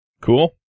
Cool